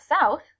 South